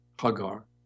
Hagar